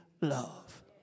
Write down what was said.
love